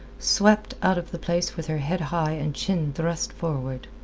swept out of the place with her head high and chin thrust forward.